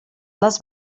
les